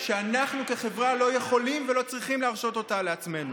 שאנחנו כחברה לא יכולים ולא צריכים להרשות אותה לעצמנו.